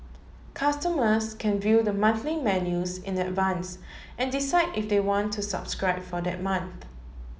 customers can view the monthly menus in advance and decide if they want to subscribe for that month